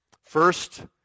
First